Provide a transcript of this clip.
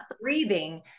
breathing